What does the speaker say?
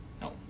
No